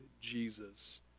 Jesus